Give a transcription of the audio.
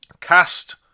Cast